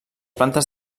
plantes